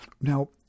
Now